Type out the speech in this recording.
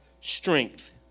strength